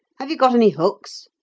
have you got any hooks?